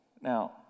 Now